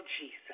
Jesus